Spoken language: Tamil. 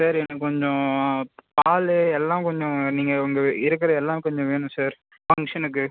சார் எனக்கு கொஞ்சம் பால் எல்லாம் கொஞ்சம் நீங்கள் உங்கள் இருக்கிற எல்லாம் கொஞ்சம் வேணும் சார் ஃபங்க்ஷனுக்கு